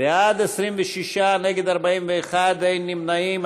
בעד, 26, נגד, 41, אין נמנעים.